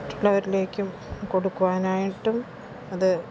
മറ്റുള്ളവരിലേക്കും കൊടുക്കുവാനായിട്ടും അത്